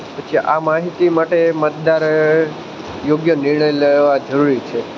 પછી આ માહિતી માટે મતદારે યોગ્ય નિર્ણય લેવા જરૂરી છે